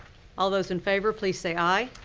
all those in favor, please say aye.